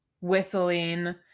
whistling